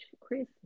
Christmas